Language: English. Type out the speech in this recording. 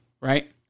right